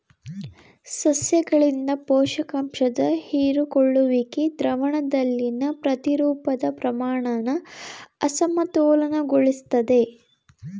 ಸಸ್ಯಗಳಿಂದ ಪೋಷಕಾಂಶದ ಹೀರಿಕೊಳ್ಳುವಿಕೆ ದ್ರಾವಣದಲ್ಲಿನ ಪ್ರತಿರೂಪದ ಪ್ರಮಾಣನ ಅಸಮತೋಲನಗೊಳಿಸ್ತದೆ